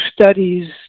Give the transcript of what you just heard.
studies